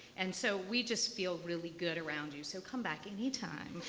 and so we just feel really good around you. so come back any time.